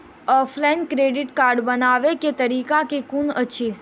Offline credit card बनाबै केँ तरीका केँ कुन अछि?